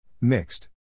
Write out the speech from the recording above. Mixed